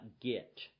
get